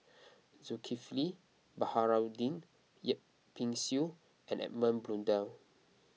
Zulkifli Baharudin Yip Pin Xiu and Edmund Blundell